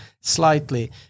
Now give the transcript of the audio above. slightly